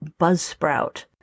Buzzsprout